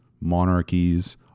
monarchies